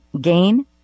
Gain